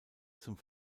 zum